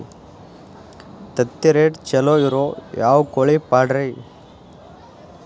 ತತ್ತಿರೇಟ್ ಛಲೋ ಇರೋ ಯಾವ್ ಕೋಳಿ ಪಾಡ್ರೇ?